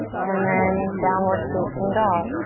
and then downward facing dog.